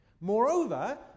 Moreover